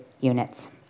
units